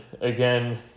again